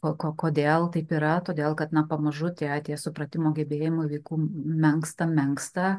o ko kodėl taip yra todėl kad na pamažu tie supratimo gebėjimai vaikų menksta menksta